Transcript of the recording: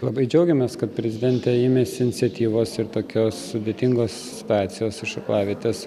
labai džiaugiamės kad prezidentė ėmėsi iniciatyvos ir tokios sudėtingos situacijos iš aklavietės